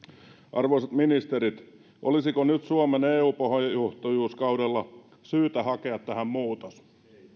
arvoisat ministerit olisiko nyt suomen eu puheenjohtajuuskaudella syytä hakea tähän muutos